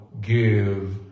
give